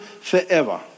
forever